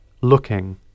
looking